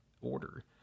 order